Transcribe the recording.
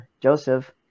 Joseph